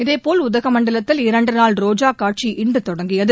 இதேபோல் உதகமண்டலத்தில் இரண்டு நாள் ரோஜா காட்சி இன்று தொடங்கியது